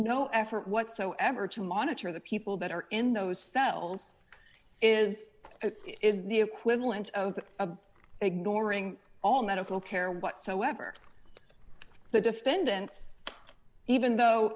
no effort whatsoever to monitor the people that are in those cells is it is the equivalent of a ignoring all medical care whatsoever the defendant's even though